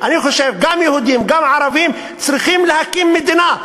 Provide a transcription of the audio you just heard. אני חושב שגם יהודים וגם ערבים צריכים להקים מדינה,